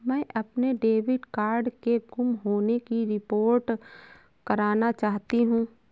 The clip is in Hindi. मैं अपने डेबिट कार्ड के गुम होने की रिपोर्ट करना चाहती हूँ